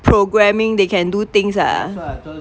programming they can do things ah